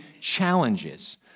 challenges